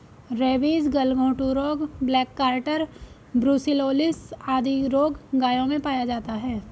rabies, गलघोंटू रोग, black quarter, brucellosis आदि रोग गायों में पाया जाता है